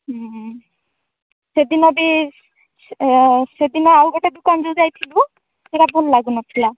ହଁ ହଁ ସେଦିନ ବି ସେଦିନ ଆଉ ଗୋଟେ ବି ଦୋକାନ ଯୋଉ ଯାଇଥିଲୁ ସେଇଟା ଭଲ ଲାଗୁନଥିଲା